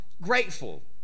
grateful